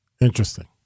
Interesting